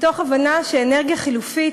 מתוך הבנה שאנרגיה חלופית,